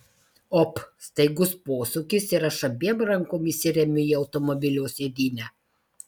op staigus posūkis ir aš abiem rankom įsiremiu į automobilio sėdynę